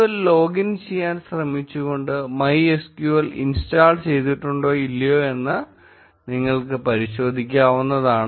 MySQL login ചെയ്യാൻ ശ്രമിച്ചുകൊണ്ട് MySQL install ചെയ്തിട്ടുണ്ടോ ഇല്ലയോ എന്ന് നിങ്ങൾക്ക് പരിശോധിക്കാവുന്നതാണ്